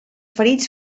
ferits